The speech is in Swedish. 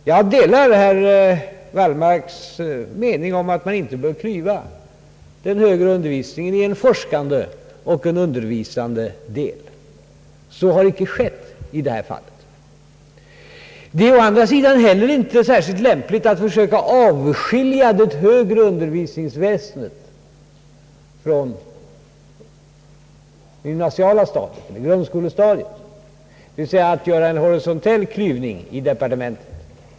Jag delar herr Wallmarks mening att man inte bör klyva den högre undervisningen i en forskande och en undervisande del. Så har inte skett i detta fall. Det är å andra sidan heller inte särskilt lämpligt att försöka avskilja det högre undervisningsväsendet från gymnasieoch grundskolestadierna, dvs, att göra en horisontell klyvning i departementet.